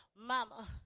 Mama